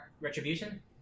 Retribution